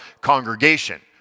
congregation